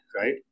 right